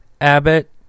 Abbott